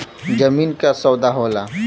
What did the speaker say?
जमीन क सौदा होला